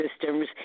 systems